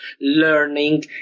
learning